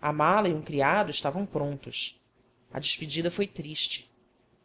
a mala e um criado estavam prontos a despedida foi triste